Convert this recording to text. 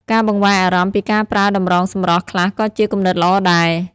ការបង្វែរអារម្មណ៍ពីការប្រើតម្រងសម្រស់ខ្លះក៏ជាគំនិតល្អដែរ។